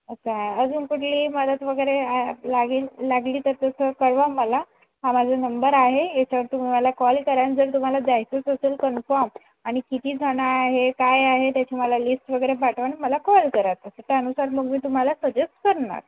अच्छा अजून कुठली मदत वगैरे लागेल लागली तर तसं कळवा मला हा माझा नंबर आहे याच्यावर तुम्ही मला कॉल करा आणि जर तुम्हाला जायचंच असेल कन्फम आणि किती जणं आहे काय आहे त्याची मला लिस्ट वगैरे पाठवा मला कॉल करा तसं त्यानुसार मग मी तुम्हाला सजेस्ट करणार